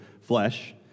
Flesh